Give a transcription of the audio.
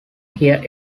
here